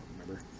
remember